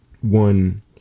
one